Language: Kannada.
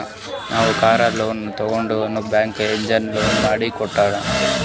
ನಾವ್ ಕಾರ್ ಲೋನ್ ತಗೊಂಡಾಗ್ ಬ್ಯಾಂಕ್ದು ಏಜೆಂಟ್ ಲೋನ್ ಮಾಡ್ಸಿ ಕೊಟ್ಟಾನ್